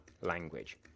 Language